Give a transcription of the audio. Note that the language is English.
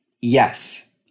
yes